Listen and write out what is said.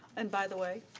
and by the way,